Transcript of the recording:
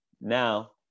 now